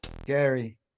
Gary